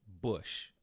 Bush